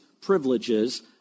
privileges